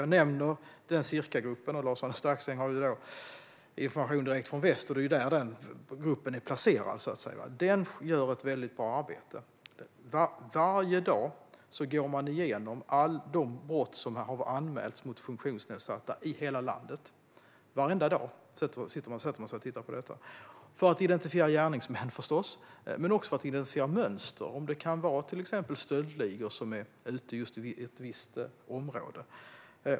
Jag nämner Circagruppen, och LarsArne Staxäng har information direkt från väst där denna grupp är placerad. Gruppen gör ett väldigt bra arbete. Varje dag går man i gruppen igenom de brott mot funktionsnedsatta som har anmälts i hela landet. Varenda dag sätter man sig alltså ned för att titta på detta för att identifiera gärningsmän, förstås, och för att identifiera mönster. Då kan man se om exempelvis stöldligor är ute i ett visst område.